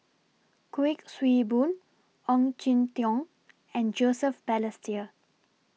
Kuik Swee Boon Ong Jin Teong and Joseph Balestier